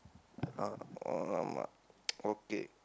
uh !alamak! okay